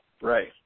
Right